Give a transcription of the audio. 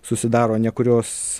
susidaro nekurios